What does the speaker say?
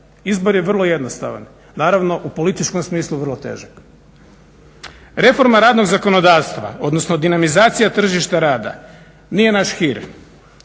Izbor je vrlo jednostavan, naravno u političkom smislu vrlo težak. Reforma radnog zakonodavstva, odnosno dinamizacija tržišta rada nije naš hir